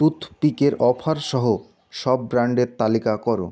টুথপিকের অফারসহ সব ব্র্যান্ডের তালিকা করো